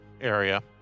area